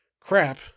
crap